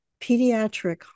pediatric